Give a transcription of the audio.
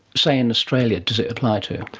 say in australia, does it apply to?